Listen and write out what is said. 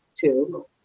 two